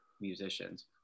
musicians